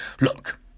look